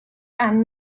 and